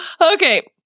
Okay